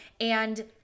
and-